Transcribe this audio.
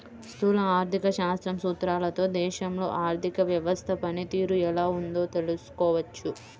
స్థూల ఆర్థిక శాస్త్రం సూత్రాలతో దేశంలో ఆర్థిక వ్యవస్థ పనితీరు ఎలా ఉందో తెలుసుకోవచ్చు